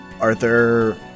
Arthur